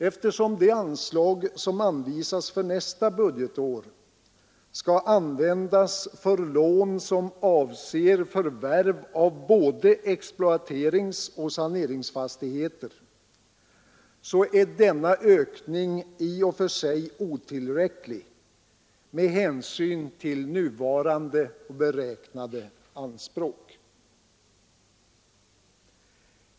Eftersom det anslag som anvisas för nästa budgetår skall användas för lån som avser förvärv av både exploateringsoch saneringsfastigheter, är denna ökning i och för sig otillräcklig med hänsyn till nuvarande beräknade anspråk.